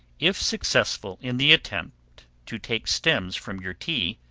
if successful in the attempt to take stems from your tea,